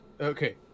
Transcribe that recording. Okay